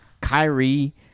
Kyrie